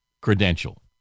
credential